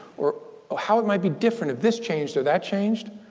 or ah how it might be different if this changed or that changed.